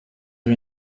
are